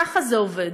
ככה זה עובד.